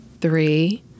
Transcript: three